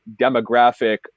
demographic